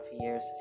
years